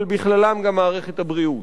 אבל בכללם גם מערכת הבריאות.